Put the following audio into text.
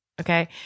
Okay